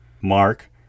mark